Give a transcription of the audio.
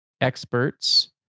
experts